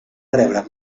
rebre